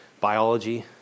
Biology